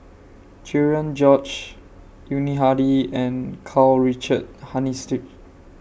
Cherian George Yuni Hadi and Karl Richard